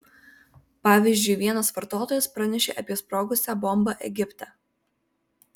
pavyzdžiui vienas vartotojas pranešė apie sprogusią bombą egipte